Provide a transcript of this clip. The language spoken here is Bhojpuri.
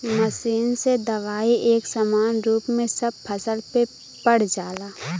मशीन से दवाई एक समान रूप में सब फसल पे पड़ जाला